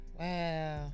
wow